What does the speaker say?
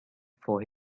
for